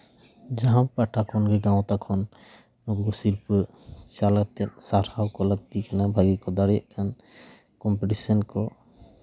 ᱡᱟᱦᱟᱸ ᱯᱟᱦᱴᱟ ᱠᱷᱚᱱᱜᱮ ᱜᱟᱶᱛᱟ ᱠᱷᱚᱱ ᱥᱤᱨᱯᱟᱹ ᱪᱟᱞ ᱟᱛᱮᱜ ᱥᱟᱨᱦᱟᱣ ᱠᱚ ᱞᱟᱹᱠᱛᱤ ᱠᱟᱱᱟ ᱵᱷᱟᱜᱮ ᱠᱚ ᱫᱟᱲᱮᱭᱟᱜ ᱠᱷᱟᱱ ᱠᱚᱢᱯᱤᱴᱤᱥᱮᱱ ᱠᱚ